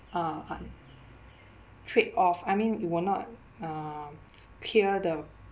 uh uh trade-off I mean it will not uh clear the